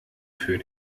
für